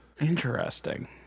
Interesting